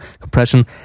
compression